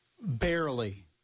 Barely